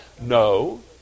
No